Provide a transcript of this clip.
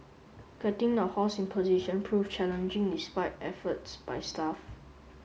getting the horse in position proved challenging despite efforts by staff